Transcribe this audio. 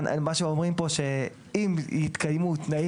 מה שהם אומרים פה זה שאם יתקיימו תנאים